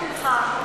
בשבילך.